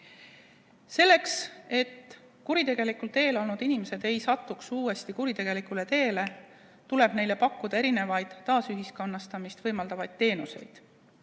Selleks, et kuritegelikul teel olnud inimesed ei satuks uuesti kuritegelikule teele, tuleb neile pakkuda erinevaid taasühiskonnastumist võimaldavaid teenuseid,